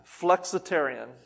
flexitarian